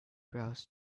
browsed